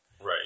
Right